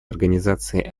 организация